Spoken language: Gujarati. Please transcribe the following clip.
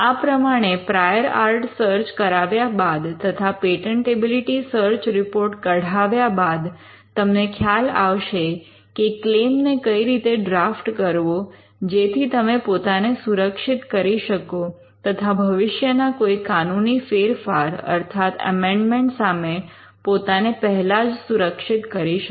આ પ્રમાણે પ્રાયર આર્ટ સર્ચ કરાવ્યા બાદ તથા પેટન્ટેબિલિટી સર્ચ રિપોર્ટ કઢાવ્યા બાદ તમને ખ્યાલ આવશે કે ક્લેમ્ ને કઈ રીતે ડ્રાફ્ટ કરવો જેથી તમે પોતાને સુરક્ષિત કરી શકો તથા ભવિષ્ય ના કોઈ કાનૂની ફેરફાર અર્થાત અમેન્ડમન્ટ સામે પોતાને પહેલા જ સુરક્ષિત કરી શકો